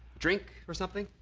drink or something?